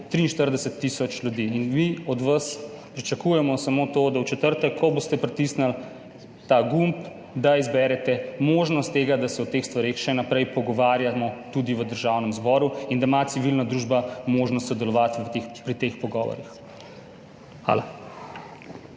143 tisoč ljudem. Mi od vas pričakujemo samo to, da v četrtek, ko boste pritisnili ta gumb, izberete možnost tega, da se o teh stvareh še naprej pogovarjamo tudi v Državnem zboru in da ima civilna družba možnost sodelovati pri teh pogovorih. Hvala.